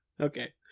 Okay